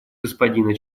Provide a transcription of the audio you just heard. господина